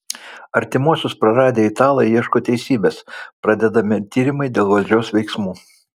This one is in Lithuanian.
artimuosius praradę italai ieško teisybės pradedami tyrimai dėl valdžios veiksmų